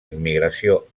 immigració